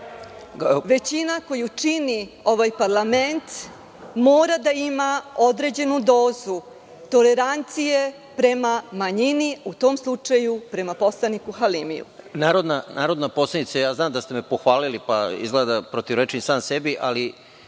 većina koju čini ovaj parlament mora da ima određenu dozu tolerancije prema manjini, u tom slučaju prema poslaniku Halimiju. **Žarko Korać** Narodna poslanice, znam da ste me pohvalili, a izgleda da protivrečim samom sebi, ali